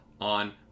on